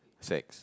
sex